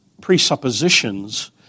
presuppositions